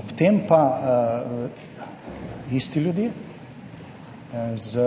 Ob tem pa isti ljudje z